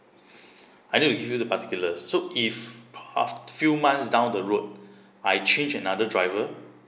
I need to give you the particular so if past few months down the road I change another driver